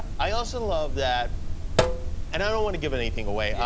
i also love that and i don't want to give anything away.